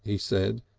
he said,